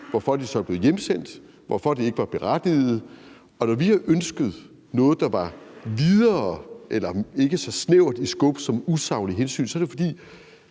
hvorfor de så blev hjemsendt, og hvorfor det ikke var berettiget, og når vi har ønsket noget, hvor scopet var udvidet eller ikke så snævert som det med usaglige hensyn, er det jo,